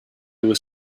was